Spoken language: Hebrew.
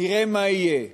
נראה מה יהיה.